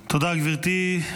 תודה, גברתי.